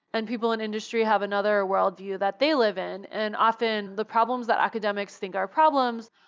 and people in industry have another worldview that they live in. and often, the problems that academics think are problems,